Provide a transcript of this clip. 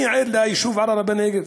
אני עד ליישוב ערערה-בנגב,